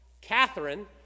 Catherine